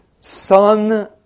son